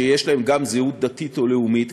שיש להם גם זהות דתית או לאומית.